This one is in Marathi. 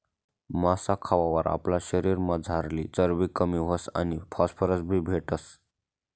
मासा खावावर आपला शरीरमझारली चरबी कमी व्हस आणि फॉस्फरस बी भेटस